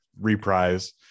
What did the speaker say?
reprise